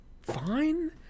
fine